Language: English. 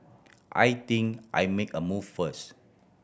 I think I make a move first